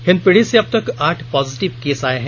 हिंदपीढी से अब तक आठ पॉजिटिव केस आये हैं